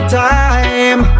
time